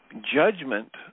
judgment